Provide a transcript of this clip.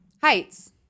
Heights